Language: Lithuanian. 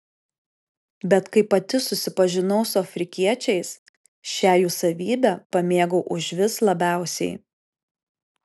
bet kai pati susipažinau su afrikiečiais šią jų savybę pamėgau užvis labiausiai